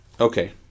Okay